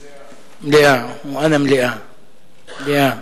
מליאה, מליאה,